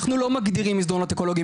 אנחנו לא "מגדירים" מסדרונות אקולוגיים,